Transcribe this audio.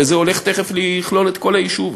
וזה הולך תכף לכלול את כל היישוב.